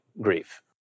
grief